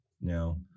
now